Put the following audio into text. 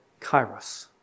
kairos